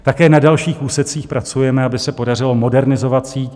Také na dalších úsecích pracujeme, aby se podařilo modernizovat síť.